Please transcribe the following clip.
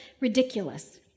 ridiculous